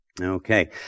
Okay